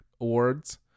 awards